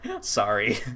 Sorry